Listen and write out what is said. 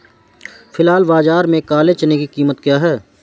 फ़िलहाल बाज़ार में काले चने की कीमत क्या है?